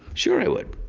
sure i would.